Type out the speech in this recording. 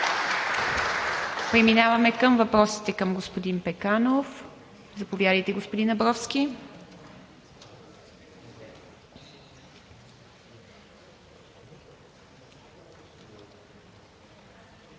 Преминаваме към въпросите към господин Пеканов. Заповядайте, господин Абровски.